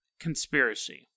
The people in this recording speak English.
conspiracy